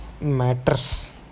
matters